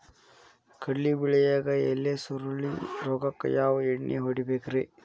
ಕಡ್ಲಿ ಬೆಳಿಯಾಗ ಎಲಿ ಸುರುಳಿ ರೋಗಕ್ಕ ಯಾವ ಎಣ್ಣಿ ಹೊಡಿಬೇಕ್ರೇ?